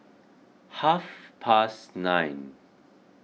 half past nine